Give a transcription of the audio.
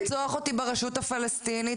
לרצוח אותי ברשות הפלסטינית"?